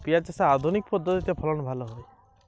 পিঁয়াজ চাষে কি পদ্ধতিতে ফলন ভালো হয়?